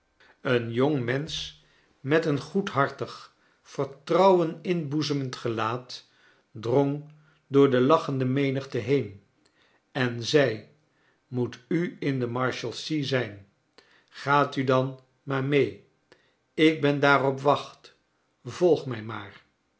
een jongmensch met een goedhartig vertrouwen inboezemend gelaat drong door de lachende menigte heen en zei moet u in de marshalsea zijn g-aat u dan maar mce ik ben daar op wacht volg mij maar